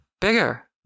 Bigger